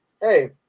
Hey